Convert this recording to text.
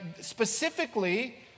specifically